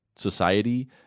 Society